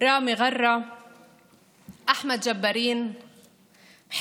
לקלוט עוד 1,500 חולים קשה,